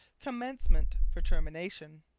commencement for termination.